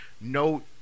No